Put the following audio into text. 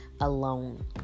alone